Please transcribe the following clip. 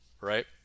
Right